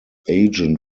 agent